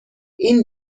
این